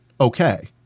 Okay